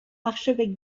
archevêque